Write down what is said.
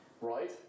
Right